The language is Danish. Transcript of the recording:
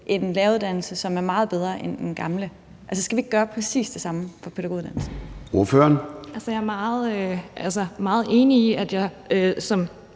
en læreruddannelse, som er meget bedre end den gamle. Altså, skal vi ikke gøre præcis det samme for pædagoguddannelsen? Kl. 10:55 Formanden (Søren